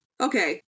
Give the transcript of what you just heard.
Okay